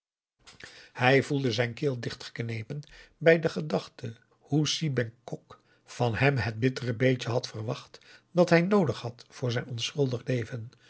hij voelde zijn keel dichtgeknepen bij de gedachte hoe si bengkok van hem het bittere beetje had verwacht dat hij noodig had voor zijn onschuldig leven